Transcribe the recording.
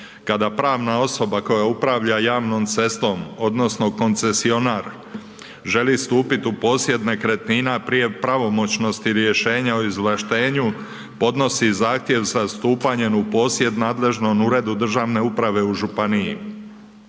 kad pravna osoba koja upravlja javnom cestom odnosno koncesionar želi stupiti u posjed nekretnina prije pravomoćnosti rješenja o izvlaštenju podnosi zahtjev za stupanjem u posjed nadležnom uredu državne uprave u županiji,